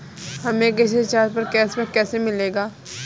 हमें किसी रिचार्ज पर कैशबैक कैसे मिलेगा?